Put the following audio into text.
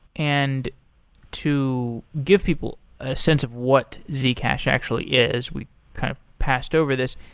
and to give people a sense of what zcash actually is, we kind of passed over this,